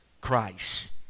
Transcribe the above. Christ